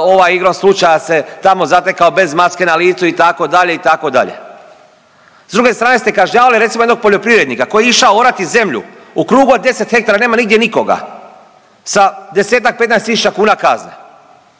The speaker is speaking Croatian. ovaj igrom slučaja se tamo zatekao bez maske na licu itd. itd. S druge strane ste kažnjavali recimo jednog poljoprivrednika koji je išao orati zemlju u krugu od 10 ha nema nigdje nikoga sa desetak, petnaest tisuća kazne.